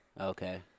Okay